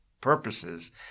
purposes